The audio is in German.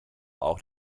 auch